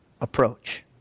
approach